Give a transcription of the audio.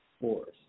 force